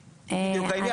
זה בדיוק העניין,